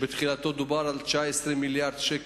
בתחילה דובר על השקעה של 19 מיליארד ש"ח.